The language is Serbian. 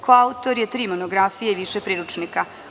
Koautor je tri monografije i više priručnika.